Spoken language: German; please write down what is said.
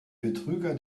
betrüger